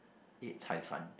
ate cai fan